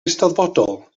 eisteddfodol